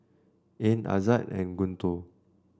Ain Aizat and Guntur